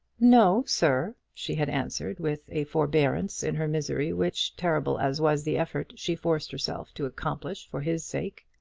no, sir, she had answered, with a forbearance in her misery, which, terrible as was the effort, she forced herself to accomplish for his sake.